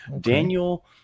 daniel